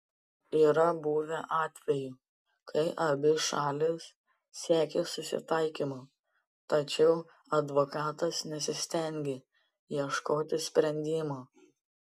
yra buvę atvejų kai abi šalys siekė susitaikymo tačiau advokatas nesistengė ieškoti sprendimo